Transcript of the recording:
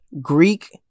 Greek